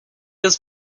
was